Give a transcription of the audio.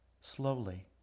Slowly